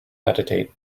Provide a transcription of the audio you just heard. meditate